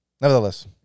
Nevertheless